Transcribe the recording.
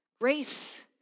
Grace